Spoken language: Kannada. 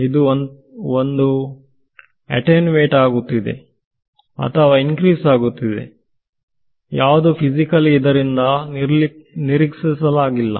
ಇದು ಒಂದಾ ಅಟನುವೇಟ್ಆಗುತ್ತಿದೆ ಅಥವಾ ಇನ್ಕ್ರೀಸ್ ಆಗುತ್ತಿದೆ ಯಾವುದು ಫಿಸಿಕಲ್ಲಿ ಇದರಿಂದ ನಿರೀಕ್ಷಿಸಲಾಗಿಲ್ಲ